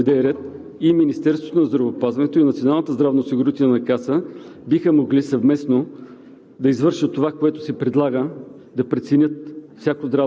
Затова мисля, че трябва да се преценят нещата, да се въведе ред и Министерството на здравеопазването, и Националната